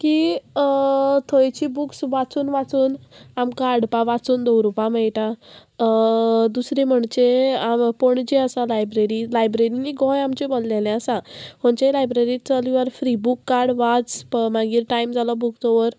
की थंयची बुक्स वाचून वाचून आमकां हाडपा वाचून दवरुपा मेयटा दुसरें म्हणचे पणजे आसा लायब्ररी लायब्ररीनी गोंय आमचें भरलेलें आसा खंयचेय लायब्ररींत चलयार फ्री बूक कार्ड वाच मागीर टायम जालो बूक दवर